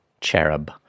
cherub